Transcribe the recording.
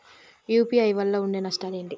UPI వల్ల ఉండే నష్టాలు ఏంటి??